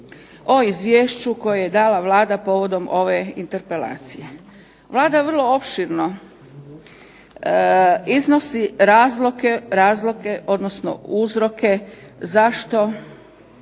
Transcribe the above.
o izvješću koje je dala Vlada povodom ove interpelacije. Vlada vrlo opširno iznosi razloge, odnosno uzroke zašto